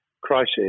crisis